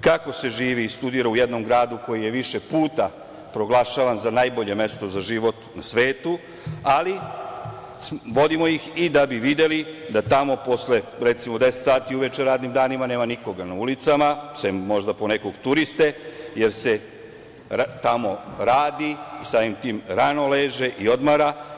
kako se živi i studira u jednom gradu koji je više puta proglašavan za najbolje mesto za život u svetu, ali vodimo ih i da bi videli da tamo posle recimo, 22.00 časova radnim danima nema nikoga na ulicama, osim možda ponekog turiste, jer se tamo radi, samim tim rano leže, i odmara.